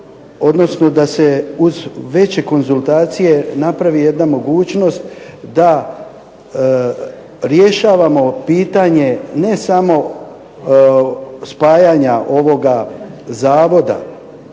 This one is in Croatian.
odnosno da se uz veće konzultacije napravi jedna mogućnost da rješavamo pitanje ne samo spajanja ovoga zavoda